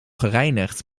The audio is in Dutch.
gereinigd